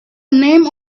names